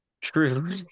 True